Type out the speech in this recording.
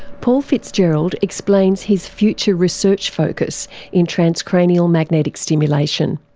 paul fitzgerald explains his future research focus in transcranial magnetic stimulation.